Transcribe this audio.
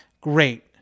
great